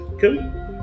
Cool